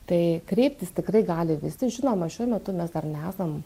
tai kreiptis tikrai gali visi žinoma šiuo metu mes dar nesam